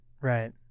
right